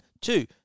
two